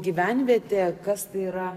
gyvenvietė kas tai yra